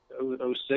06